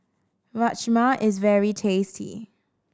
rajma is very tasty